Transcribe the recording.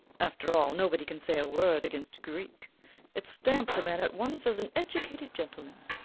after all, nobody can say a word against greek it stamps a man at once as an educated gentleman.